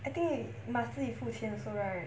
I think must 自己付钱 also right